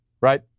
Right